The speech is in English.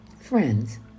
Friends